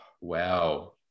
Wow